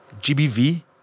GBV